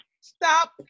Stop